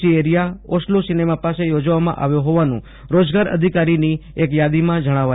C area Oslo cinema પાસે યોજવામાં આવ્યું હોવાનું રોજગાર અધિકારીની યાદીમાં જણાવાયું છે